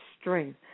strength